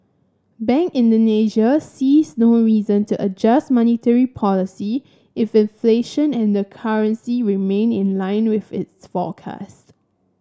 Bank Indonesia sees no reason to adjust monetary policy if inflation and the currency remain in line with its forecasts